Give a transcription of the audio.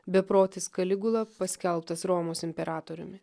beprotis kaligula paskelbtas romos imperatoriumi